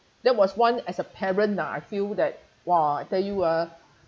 that was one as a parent ah I feel that !wah! I tell you ah